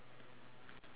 okay